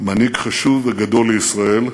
מנהיג חשוב וגדול לישראל,